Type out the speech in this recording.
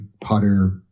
Potter